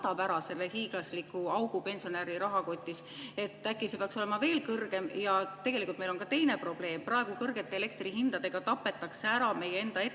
katab ära selle hiiglasliku augu pensionäri rahakotis? Äkki see peaks olema veel kõrgem? Ja tegelikult on meil ka teine probleem: kõrgete elektrihindadega tapetakse ära meie enda